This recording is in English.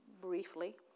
briefly